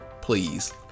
Please